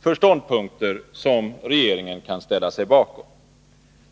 för ståndpunkter som regeringen kan ställa sig bakom.